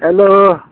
हेल'